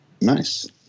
Nice